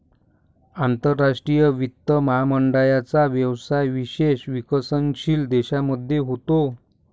आंतरराष्ट्रीय वित्त महामंडळाचा व्यवसाय विशेषतः विकसनशील देशांमध्ये होतो